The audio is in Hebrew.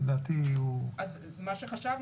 לדעתי הוא אז מה שחשבנו,